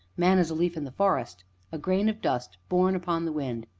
man is a leaf in the forest a grain of dust borne upon the wind,